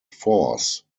force